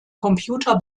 computer